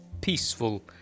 peaceful